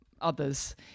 others